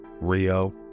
Rio